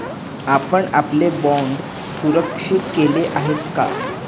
आपण आपले बाँड सुरक्षित केले आहेत का?